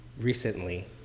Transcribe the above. recently